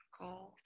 gold